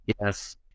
Yes